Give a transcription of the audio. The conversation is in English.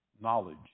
knowledge